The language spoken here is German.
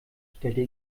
stellte